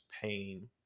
pain